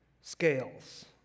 scales